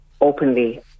openly